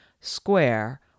square